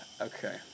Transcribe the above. okay